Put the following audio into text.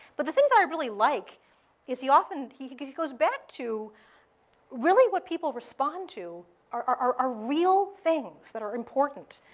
but thing that i really like is he often he he goes back to really what people respond to are are ah real things that are important.